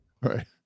right